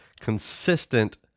consistent